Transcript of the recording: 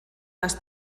les